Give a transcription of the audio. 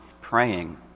praying